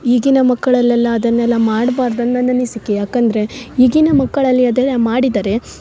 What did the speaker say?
ಈಗಿನ ಮಕ್ಳಲ್ಲೆಲ್ಲ ಅದನ್ನೆಲ್ಲ ಮಾಡ್ಬಾರ್ದು ಅಂದು ನನ್ನ ಅನಿಸಿಕೆ ಯಾಕೆಂದರೆ ಈಗಿನ ಮಕ್ಕಳಲ್ಲಿ ಅದೆಲ್ಲ ಮಾಡಿದ್ದಾರೆ